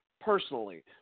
personally